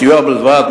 הסיוע בלבד,